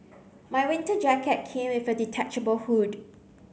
my winter jacket came with a detachable hood